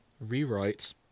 rewrite